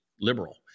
liberal